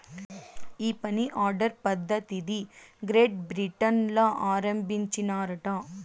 ఈ money order పద్ధతిది Great Britain ల ఆరంబించినారట